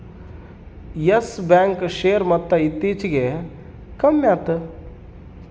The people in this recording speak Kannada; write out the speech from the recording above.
ಯಸ್ ಬ್ಯಾಂಕ್ ಶೇರ್ ಮೊತ್ತ ಇತ್ತೀಚಿಗೆ ಕಮ್ಮ್ಯಾತು